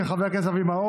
של חבר הכנסת אבי מעוז.